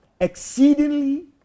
exceedingly